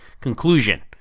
conclusion